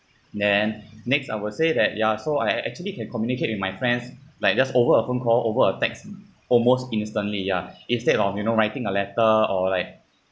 then next I will say that ya so I actually can communicate with my friends like just over a phone call over a text almost instantly ya instead of you know writing a letter or like